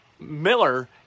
Miller